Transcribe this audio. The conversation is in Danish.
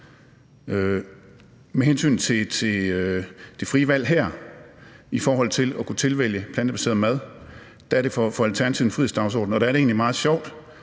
Med hensyn til det frie valg her om at kunne tilvælge plantebaseret mad er det for Alternativet en frihedsdagsorden. Der er det egentlig meget sjovt,